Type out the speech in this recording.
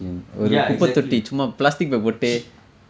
ya exactly she